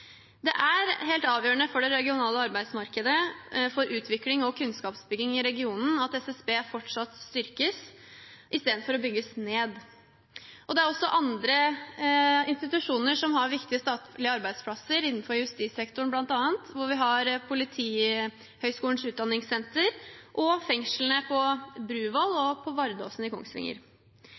Det er helt avgjørende for det regionale arbeidsmarkedet, for utvikling og kunnskapsbygging i regionen, at SSB fortsatt styrkes i stedet for å bygges ned. Det er også andre institusjoner som har viktige statlige arbeidsplasser, bl.a. innenfor justissektoren, hvor vi har Politihøgskolens utdanningssenter og fengslene på Bruvoll og på Vardåsen i Kongsvinger.